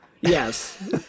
Yes